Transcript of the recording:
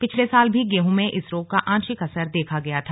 पिछले साल भी गेहूं में इस रोग का आंशिक असर देखा गया था